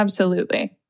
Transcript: absolutely